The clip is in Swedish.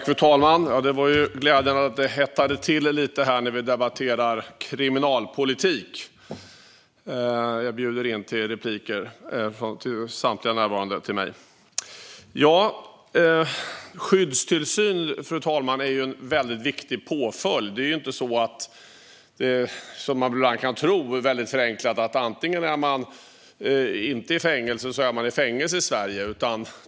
Fru talman! Det är glädjande att det hettar till lite när vi debatterar kriminalpolitik. Jag bjuder in till repliker från samtliga närvarande! Fru talman! Skyddstillsyn är en viktig påföljd. Det är inte så, som man ibland förenklat kan tro, att antingen sitter man i fängelse eller inte i fängelse i Sverige.